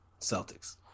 Celtics